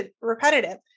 repetitive